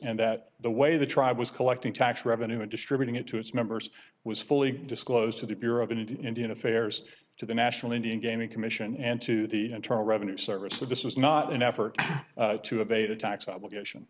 and that the way the tribe was collecting tax revenue and distributing it to its members was fully disclosed to the bureau and indian affairs to the national indian gaming commission and to the internal revenue service that this is not an effort to evade a tax obligation